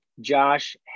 Josh